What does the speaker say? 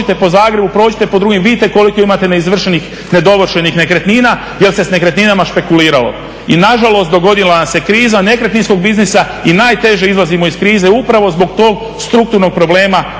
po Zagrebu, prođite po drugim, vidite koliko imate neizvršenih, nedovršenih nekretnina jer se sa nekretninama špekuliralo. I nažalost dogodila nam se kriza nekretninskog biznisa i najteže izlazimo iz krize upravo zbog tog strukturnog problema